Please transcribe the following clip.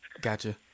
Gotcha